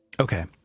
Okay